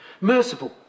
merciful